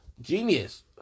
Genius